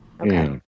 Okay